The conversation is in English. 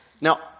Now